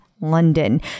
London